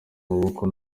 amaboko